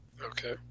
Okay